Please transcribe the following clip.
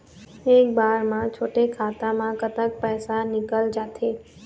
एक बार म छोटे खाता म कतक पैसा निकल जाथे?